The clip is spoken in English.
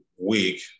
week